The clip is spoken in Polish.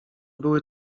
były